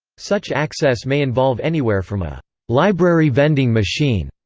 such access may involve anywhere from a library vending machine,